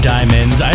Diamonds